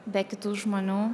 be kitų žmonių